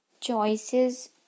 choices